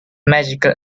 magical